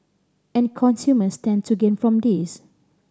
and consumers stand to gain from this